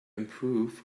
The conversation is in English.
improve